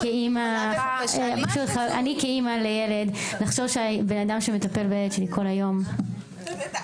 אתם הרגולטור, תפנו אליהם.